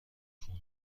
خونه